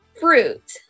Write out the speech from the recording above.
fruit